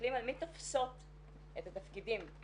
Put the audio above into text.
ומסתכלים על מי תופסות את התפקידים,